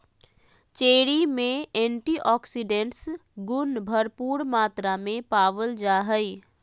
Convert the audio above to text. cherry में antioxidants गुण भरपूर मात्रा में पावल जा हइ